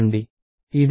ఇది ఏమి చేయాలి